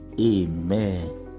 amen